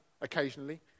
occasionally